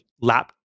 lap